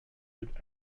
with